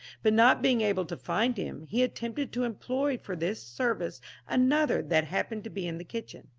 but not being able to find him, he attempted to employ for this service another that happened to be in the kitchen.